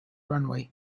runway